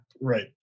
Right